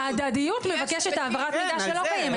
ההדדיות מבקשת מידע שלא קיימת היום.